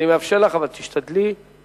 אני מאפשר לך, אבל תשתדלי להצטמצם.